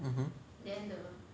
mmhmm